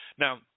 Now